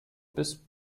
bis